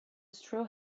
straw